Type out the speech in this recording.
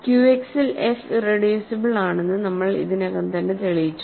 ക്യുഎക്സിൽ F irreducible ആണെന്ന് നമ്മൾ ഇതിനകം തന്നെ തെളിയിച്ചു